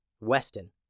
Weston